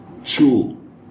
two